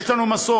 יש לנו מסורת.